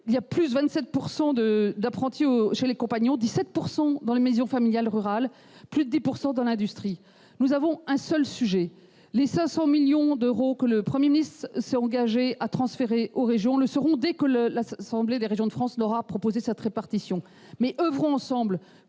de 27 % du nombre d'apprentis chez les compagnons, de 17 % dans les maisons familiales rurales, de 10 % dans l'industrie. Nous avons un seul sujet : les 500 millions d'euros que le Premier ministre s'est engagé à transférer aux régions le seront dès que l'Association des régions de France aura proposé cette répartition. OEuvrons ensemble